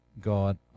God